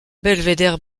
belvédère